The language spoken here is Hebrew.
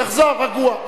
תחזור רגוע.